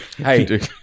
Hey